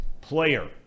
player